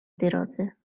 درازه